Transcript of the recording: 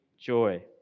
joy